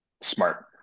Smart